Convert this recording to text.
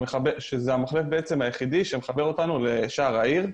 שזה בעצם המחלף היחידי שמחבר אותנו לשער העיר.